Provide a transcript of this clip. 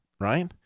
right